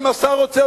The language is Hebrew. אם השר רוצה,